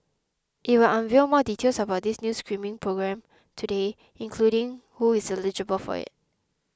it will unveil more details about this new screening programme today including who is eligible for it